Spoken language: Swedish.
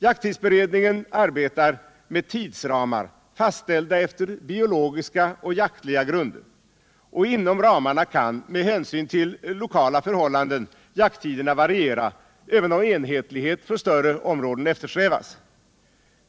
Jakttidsberedningen arbetar med tidsramar, fastställda efter biologiska och jaktliga grunder, och inom ramarna kan med hänsyn till lokala förhållanden jakttiderna variera, även om enhetlighet för större områden eftersträvas.